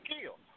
kill